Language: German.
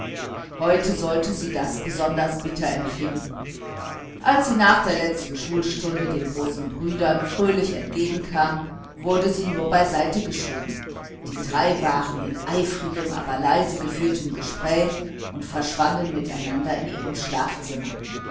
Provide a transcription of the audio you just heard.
heute sollte sie das besonders bitter empfinden als sie nach der letzten schulstunde den großen brüdern fröhlich entgegenkam wurde sie nur so beiseite geschoben die drei waren in eifrigem aber leise geführtem gespräch und verschwanden miteinander in ihrem schlafzimmer